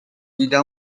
ایده